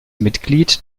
mitglied